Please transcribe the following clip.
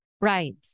right